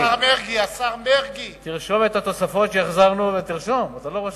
השר מרגי, תרשום את התוספות שהחזרנו, אתה לא רושם.